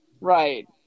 Right